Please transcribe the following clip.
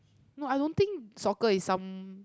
no I don't think soccer is some